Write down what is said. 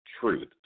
truth